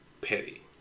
petty